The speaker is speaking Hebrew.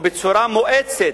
או בצורה מואצת,